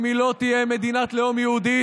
אם היא לא תהיה מדינת לאום יהודית,